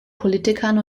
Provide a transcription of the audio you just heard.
politikern